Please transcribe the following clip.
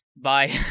bye